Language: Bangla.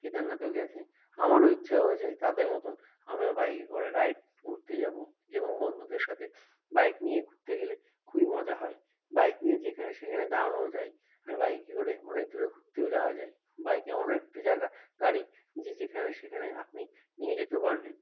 কেদারনাথেও গিয়েছে আমারও ইচ্ছা হয়েছে তাদের মতন আমিও বাইকে করে রাইড ঘুরতে যাব এবং বন্ধুদের সাথে বাইক নিয়ে ঘুরতে গেলে খুবই মজা হয় বাইক নিয়ে যেখানে সেখানে দাঁড়ানোও যায় আর বাইকে করে অনেক দূরে ঘুরতেও যাওয়া যায় বাইক এমন একটা জায়গা গাড়ি যে যেখানে সেখানে আপনি নিয়ে যেতেও পারবেন